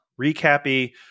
recappy